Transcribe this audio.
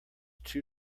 too